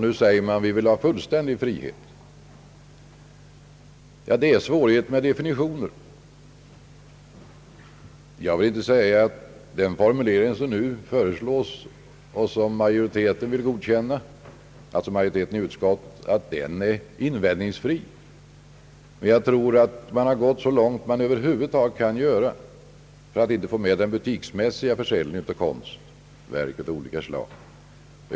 Nu vill man ha fullständig frihet. Ja, det är svårigheter när det gäller definitioner. Jag vill inte säga att den formulering som nu föreslås och som utskottsmajoriteten vill godkänna är invändningsfri, men jag tror att man har gått så långt som över huvud taget är möjligt när det gäller att lämna försäljningen av konst utanför mervärdebeskattningen.